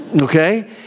Okay